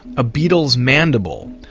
a beetle's mandible,